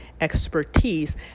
expertise